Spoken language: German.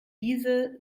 diese